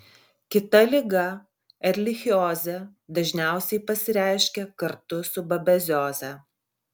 kita liga erlichiozė dažniausiai pasireiškia kartu su babezioze